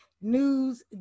news